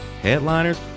headliners